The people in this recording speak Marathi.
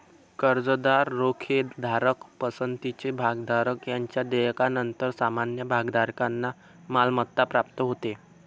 कर्जदार, रोखेधारक, पसंतीचे भागधारक यांच्या देयकानंतर सामान्य भागधारकांना मालमत्ता प्राप्त होते